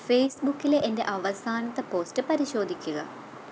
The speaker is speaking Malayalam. ഫേസ്ബുക്കിലെ എൻ്റെ അവസാനത്തെ പോസ്റ്റ് പരിശോധിക്ക്ക